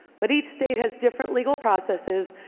but each state has different legal processes,